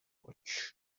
potch